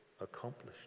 accomplished